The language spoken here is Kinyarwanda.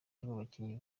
rw’abakinnyi